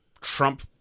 trump